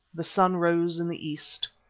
the sun rose in the east.